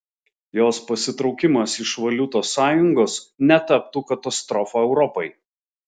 jos pasitraukimas iš valiutos sąjungos netaptų katastrofa europai